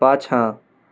पाछाँ